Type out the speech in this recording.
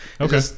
Okay